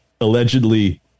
allegedly